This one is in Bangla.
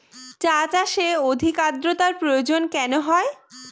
চা চাষে অধিক আদ্রর্তার প্রয়োজন কেন হয়?